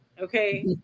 Okay